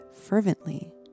fervently